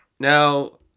Now